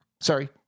sorry